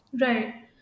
Right